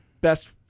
Best